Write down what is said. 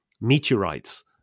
meteorites